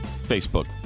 facebook